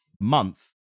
month